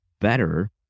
better